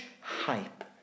hype